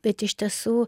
bet iš tiesų